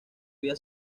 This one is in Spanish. vida